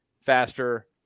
faster